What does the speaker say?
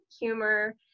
humor